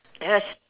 yes